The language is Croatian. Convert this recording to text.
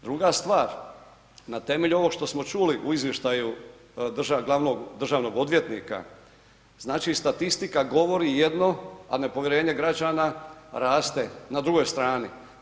Druga stvar, na temelju ovog što smo čuli u izvještaju glavnog državnog odvjetnika, znači statistika govori jedno, a nepovjerenje građana raste na drugoj strani.